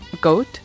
Goat